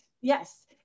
yes